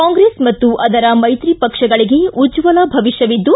ಕಾಂಗ್ರೆಸ್ ಮತ್ತು ಅದರ ಮೈತ್ರಿ ಪಕ್ಷಗಳಿಗೆ ಉಜ್ಜಲ ಭವಿಷ್ಠವಿದ್ದು